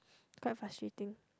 quite frustrating